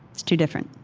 it's too different.